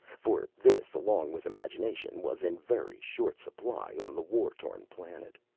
for this along with imagination was in very short supply on the war-torn planet.